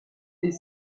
est